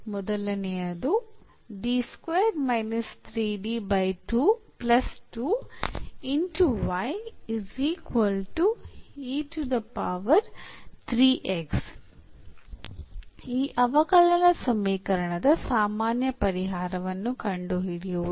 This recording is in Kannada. ಮೊದಲನೆಯದು ಈ ಅವಕಲನ ಸಮೀಕರಣದ ಸಾಮಾನ್ಯ ಪರಿಹಾರವನ್ನು ಕಂಡುಹಿಡಿಯುವುದು